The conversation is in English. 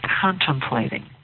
contemplating